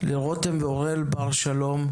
לרותם ואוריאל בר שלום,